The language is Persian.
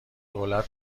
دولت